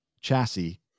chassis